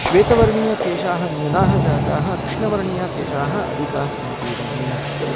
श्वेतवर्णीयकेशाः न्यूनाः जाताः कृष्णवर्णीयाः केशाः अधिकाः सन्ति इदानीम्